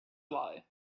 lie